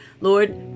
Lord